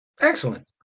Excellent